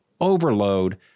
overload